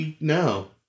No